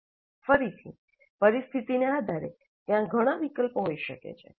ફરીથી પરિસ્થિતિને આધારે ત્યાં ઘણા વિકલ્પો હોઈ શકે છે